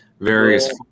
Various